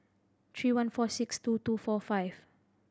three one four six two two four five